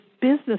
business